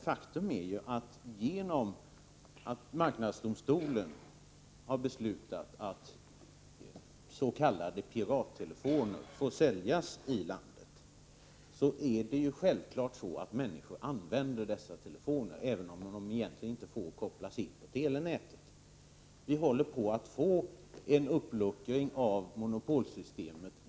Faktum är emellertid att människor självfallet använder s.k. pirattelefoner sedan marknadsdomstolen har beslutat att sådana telefoner får säljas här i landet, och det sker fastän telefonerna egentligen inte får kopplas in på telenätet. Vi håller de facto på att få en uppluckring av monopolsystemet.